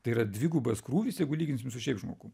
tai yra dvigubas krūvis jeigu lyginsim su šiaip žmogum